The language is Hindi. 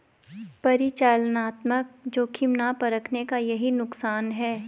परिचालनात्मक जोखिम ना परखने का यही नुकसान है